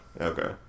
Okay